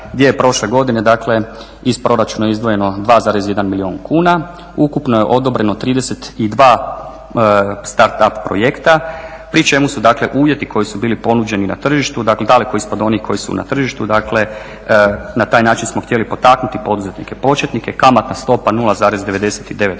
gdje je prošle godine dakle iz proračuna izdvojeno 2,1 milijun kuna. Ukupno je odobreno 32 Start up projekta pri čemu su dakle uvjeti koji su bili ponuđeni na tržištu, dakle daleko ispod onih koji su na tržištu, dakle na taj način smo htjeli potaknuti poduzetnike početnike. Kamatna stopa 0,99%,